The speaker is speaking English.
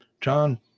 john